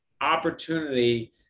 opportunity